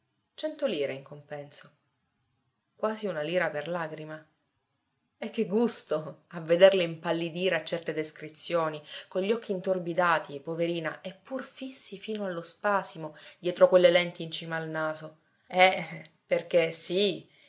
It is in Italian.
cento lire in compenso quasi una lira per lagrima e che gusto a vederla impallidire a certe descrizioni con gli occhi intorbidati poverina e pur fissi fino allo spasimo dietro quelle lenti in cima al naso eh perché sì